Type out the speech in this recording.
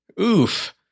oof